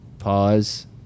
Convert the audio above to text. pause